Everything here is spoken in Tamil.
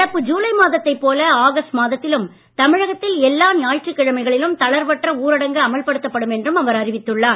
நடப்பு ஜுலை மாதத்தைப் போல ஆகஸ்ட் மாதத்திலும் தமிழகத்தில் எல்லா ஞாயிற்றுக் கிழமைகளிலும் தளர்வற்ற ஊரடங்கு அமல்படுத்தப் படும் என்றும் அவர் அறிவித்துள்ளார்